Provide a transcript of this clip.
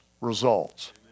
results